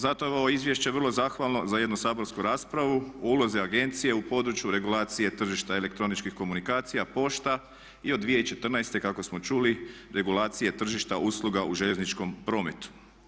Zato je ovo izvješće vrlo zahvalno za jednu saborsku raspravu u ulozi agencije u području regulacije tržište elektroničkih komunikacija pošta i od 2014.kako smo čuli regulacije tržišta usluga u željezničkom prometu.